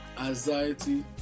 anxiety